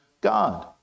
God